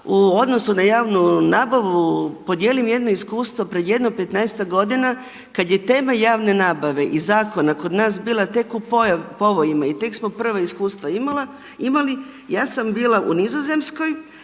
u odnosu na javnu nabavu podijelim jedno iskustvo pred jedno 15-ak godina kada je tema javne nabave i zakona kod nas bila tek u povojima i tek smo prva iskustva imali. Ja sam bila u Nizozemskoj,